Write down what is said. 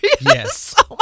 Yes